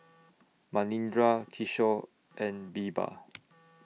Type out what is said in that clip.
Manindra Kishore and Birbal